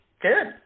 Good